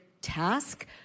task